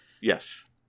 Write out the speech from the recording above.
Yes